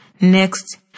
Next